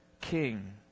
king